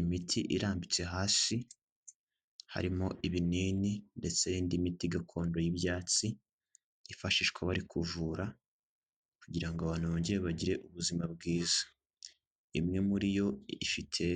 Imiti irambitse hasi, harimo ibinini ndetse n'indi miti gakondo y'ibyatsi, yifashishwa bari kuvura kugirango ngo abantu bongere bagire ubuzima bwiza, imwe muri yo ifite